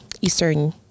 Eastern